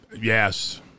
Yes